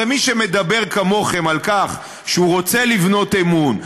הרי מי שמדבר כמוכם על כך שהוא רוצה לבנות אמון,